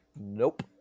nope